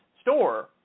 store